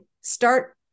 start